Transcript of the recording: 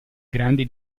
grandi